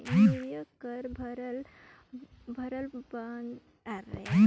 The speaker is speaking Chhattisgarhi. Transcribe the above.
नेवरिया कर बाधल डोरा मे कहो भरल गाड़ा कर फसिल हर भोसेक जाथे ता ढेरे पइरसानी रिथे